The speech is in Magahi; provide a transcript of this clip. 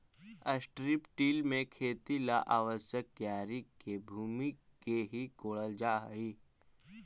स्ट्रिप् टिल में खेत ला आवश्यक क्यारी के भूमि के ही कोड़ल जा हई